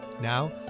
Now